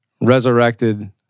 Resurrected